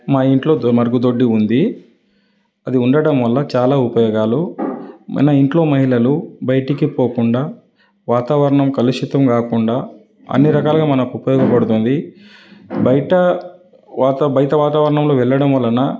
మా ఇంట్లో దొ మరుగుదొడ్డి ఉంది అది ఉండడం వల్ల చాలా ఉపయోగాలు మన ఇంట్లో మహిళలు బయటకి పోకుండా వాతావరణం కలుషితం కాకుండా అన్నీ రకాలుగా మనకు ఉపయోగపడుతుంది బయట వాతా బయట వాతావరణంలో వెళ్ళడం వలన